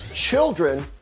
Children